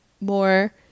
more